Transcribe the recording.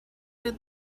good